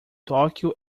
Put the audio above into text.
tóquio